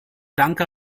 danke